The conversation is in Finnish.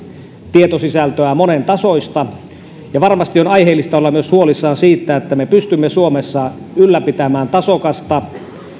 tietosisältöä monen tasoista ja varmasti on aiheellista olla huolissaan myös siitä että me pystymme suomessa ylläpitämään tasokasta